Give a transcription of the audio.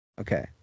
Okay